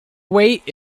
wait